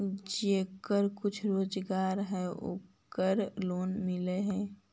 जेकरा कुछ रोजगार है ओकरे लोन मिल है?